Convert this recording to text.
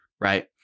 Right